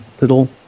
little